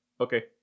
okay